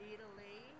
Italy